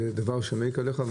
זה דבר שמעיק עליך.